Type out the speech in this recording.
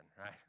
right